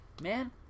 man